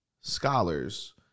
scholars